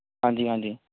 ਹਾਂਜੀ ਹਾਂਜੀ